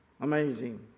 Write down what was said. Amazing